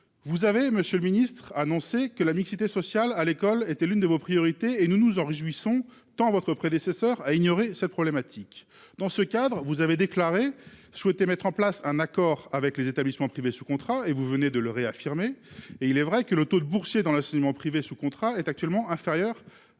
Vous avez, Monsieur le Ministre, annoncé que la mixité sociale à l'école était l'une de vos priorités et nous nous en réjouissons tant votre prédécesseur a ignoré cette problématique dans ce cadre. Vous avez déclaré souhaité mettre en place un accord avec les établissements privés sous contrat et vous venez de le réaffirmer et il est vrai que le taux de boursiers dans l'enseignement privé sous contrat est actuellement inférieur à 10% et cela a